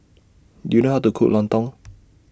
Do YOU know How to Cook Lontong